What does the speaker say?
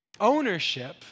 Ownership